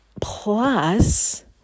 Plus